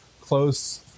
close